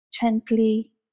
gently